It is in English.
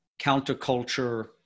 counterculture